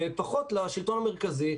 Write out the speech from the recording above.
ופחות לשלטון המרכזי,